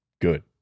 good